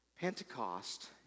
Pentecost